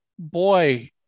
boy